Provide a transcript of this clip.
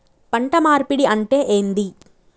పంట మార్పిడి అంటే ఏంది?